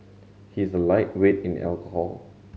he's a lightweight in alcohol